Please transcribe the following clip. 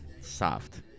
Soft